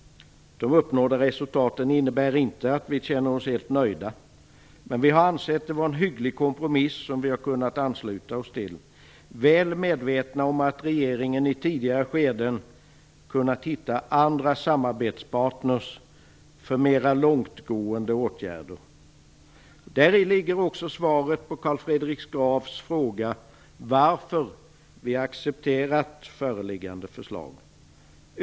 De uppnådda resultaten innebär inte att vi känner oss helt nöjda, men vi har ansett dem vara en hygglig kompromiss som vi har kunnat ansluta oss till, väl medvetna om att regeringen i tidigare skeden har kunnat finna andra samarbetspartner för mera långtgående åtgärder. Däri ligger också svaret på Carl Fredrik Grafs fråga om varför vi har accepterat föreliggande förslag.